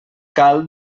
cal